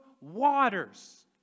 waters